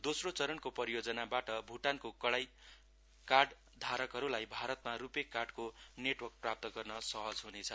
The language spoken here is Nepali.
दोस्रो चरणको परियोजनाबाट भूटानको कार्ट धारकहरूलाई भारतमा रूपे कार्डको नेटवर्क प्राप्त गर्न सहज हुनेछ